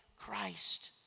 Christ